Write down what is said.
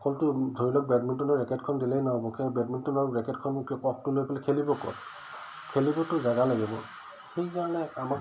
অকলটো ধৰি লওক বেডমিণ্টনৰ ৰেকেটখন দিলেই নহ'ব সেই বেডমিণ্টনৰ ৰেকেটখন মে ক'কটো লৈ পেলাই খেলিব ক'ত খেলিবতো জেগা লাগিব সেইকাৰণে আমাক